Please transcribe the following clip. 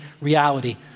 reality